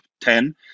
ten